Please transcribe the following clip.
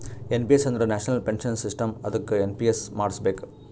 N P S ಅಂದುರ್ national pension system ಅದ್ದುಕ NPS ಮಾಡುಸ್ಬೇಕ್